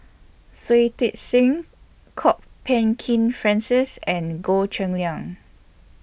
Shui Tit Sing Kwok Peng Kin Francis and Goh Cheng Liang